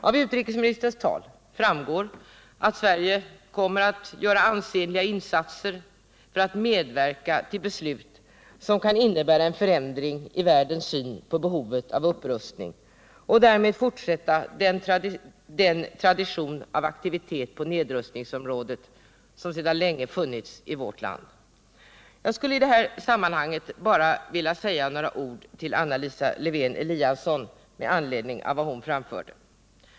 Av utrikesministerns tal framgår att Sverige kommer att göra ansenliga insatser för att medverka till beslut som kan innebära en förändring av världens syn på behovet av upprustning och därmed fortsätta den tradition av aktivitet på nedrustningsområdet som sedan länge funnits i vårt land. Jag skulle i detta sammanhang bara vilja säga några ord till Anna Lisa Lewén-Eliasson med anledning av vad hon anförde.